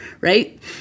right